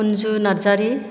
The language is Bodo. अनजु नार्जारि